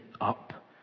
up